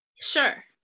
Sure